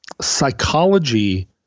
psychology